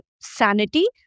sanity